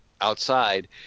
outside